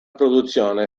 produzione